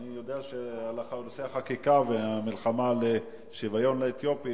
אני יודע שעל נושא החקיקה והמלחמה לשוויון לאתיופים,